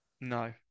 No